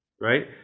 right